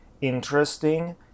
interesting